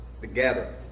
together